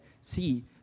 See